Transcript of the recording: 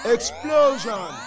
Explosion